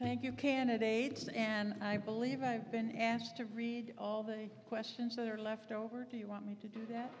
thank you candidates and i believe i've been asked to read all the questions that are left over do you want me to no